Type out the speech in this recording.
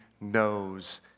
knows